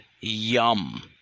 yum